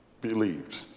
believed